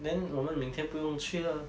then 我们明天不用去了